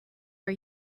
are